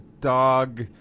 dog